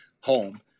home